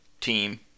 team